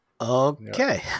Okay